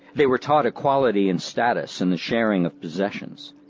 they were taught equality in status and the sharing of possessions.